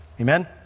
Amen